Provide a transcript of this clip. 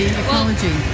ecology